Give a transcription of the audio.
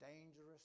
dangerous